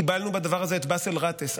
קיבלנו בדבר הזה את באסל גטאס,